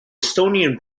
estonian